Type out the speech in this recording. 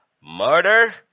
murder